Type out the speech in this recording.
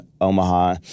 Omaha